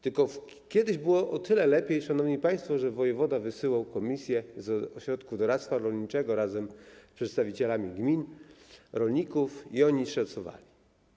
Tylko kiedyś było o tyle lepiej, szanowni państwo, że wojewoda wysyłał komisje z ośrodków doradztwa rolniczego wraz z przedstawicielami gmin i rolników i oni szacowali.